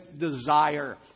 desire